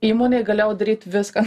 įmonėj galėjau daryt viską